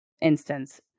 instance